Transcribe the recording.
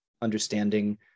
understanding